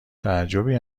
تعجبی